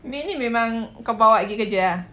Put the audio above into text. ni memang kau bawa pergi kerja ah